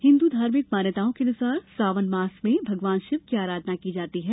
हिन्दू धार्मिक मान्यताओं के अनुसार श्रावण मास में भगवान शिव की आराधना की जाती है